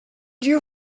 you